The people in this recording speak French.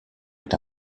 est